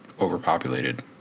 overpopulated